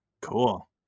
Cool